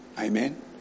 Amen